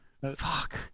Fuck